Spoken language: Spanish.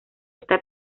está